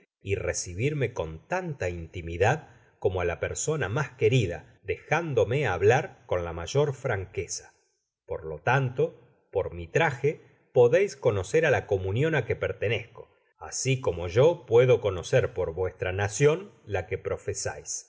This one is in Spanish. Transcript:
y recibirme con tanta intimidad como á la persona mas querida dejándome hablar con la mayor franqueza por lo tanto por mi traje podeis conocerá la comunion á jue pertenezco así como yo puedo conocer por vuestra nacion la que profesais